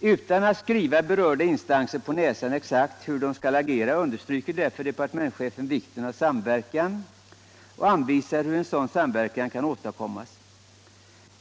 Utan att skriva berörda instanser på näsan exakt hur de skall agera understryker därför departementschefen vikten av samverkan och anvisar hur en sådan samverkan kan åstadkommas.